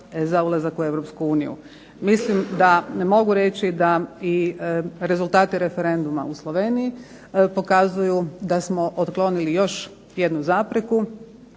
u Europsku uniju. Mislim da mogu reći da i rezultati referenduma u Sloveniji pokazuju da smo otklonili još jednu zapreku.